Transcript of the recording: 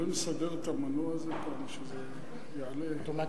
יכולים לסדר את המנוע הזה פעם שזה יעלה, אוטומטית?